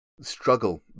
struggle